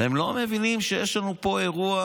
הם לא מבינים שיש לנו פה אירוע,